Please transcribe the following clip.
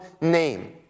name